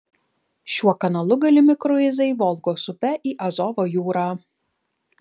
šiuo kanalu galimi kruizai volgos upe į azovo jūrą